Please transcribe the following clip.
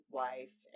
wife